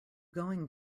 going